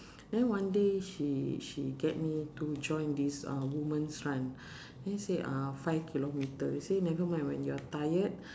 then one day she she get me to join this uh women's run then say five kilometre she said nevermind when you're tired